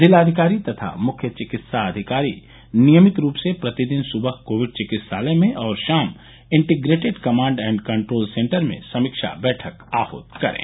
जिलाधिकारी तथा मुख्य चिकित्साधिकारी नियमित रूप से प्रतिदिन सुबह कोविड चिकित्सालय में और शाम integrated command and control centre में समीक्षा बैठक आहूत करे